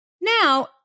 Now